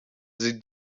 sie